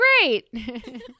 great